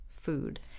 food